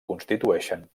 constitueixen